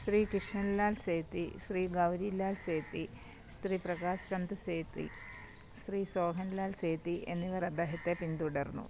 ശ്രീ കിഷൻ ലാൽ സേത്തി ശ്രീ ഗൗരി ലാൽ സേത്തി ശ്രീ പ്രകാശ് ചന്ദ് സേത്തി ശ്രീ സോഹൻലാൽ സേത്തി എന്നിവർ അദ്ദേഹത്തെ പിന്തുടർന്നു